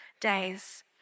days